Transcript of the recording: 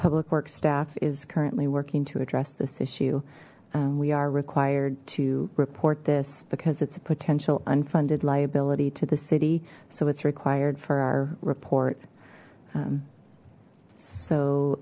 public works staff is currently working to address this issue we are required to report this because it's a potential unfunded liability to the city so it's required for our report